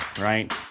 right